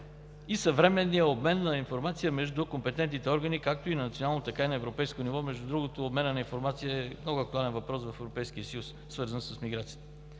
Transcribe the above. и своевременния обмен на информация между компетентните органи, както на национално, така и на европейско ниво. Между другото, обменът на информация е много актуален въпрос в Европейския съюз, свързан с миграцията.